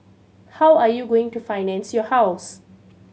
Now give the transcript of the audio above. how are you going to finance your house